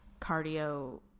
cardio